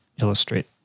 illustrate